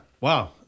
Wow